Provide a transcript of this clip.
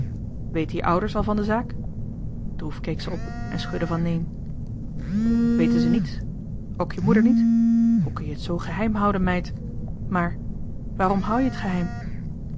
weten je ouders al van de zaak droef keek ze op en schudde van neen weten ze niets ook je moeder niet hoe kun je het zoo geheim houden meid maar waarom hou je het geheim